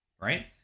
right